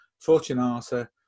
Fortunata